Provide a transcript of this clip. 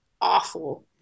awful